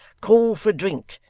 call for drink!